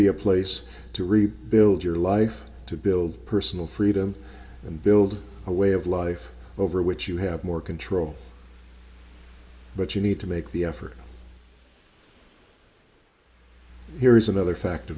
be a place to rebuild your life to build personal freedom and build a way of life over which you have more control but you need to make the effort here is another fact